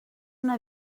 una